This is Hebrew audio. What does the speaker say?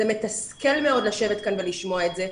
זה מתסכל מאוד לשבת כאן ולשמוע את זה,